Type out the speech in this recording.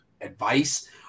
advice